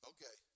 Okay